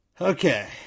Okay